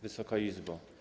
Wysoka Izbo!